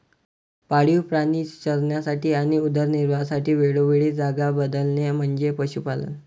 पाळीव प्राणी चरण्यासाठी आणि उदरनिर्वाहासाठी वेळोवेळी जागा बदलणे म्हणजे पशुपालन